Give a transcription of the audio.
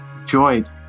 enjoyed